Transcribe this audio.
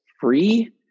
free